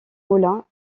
moulin